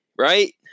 right